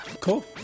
cool